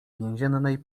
więziennej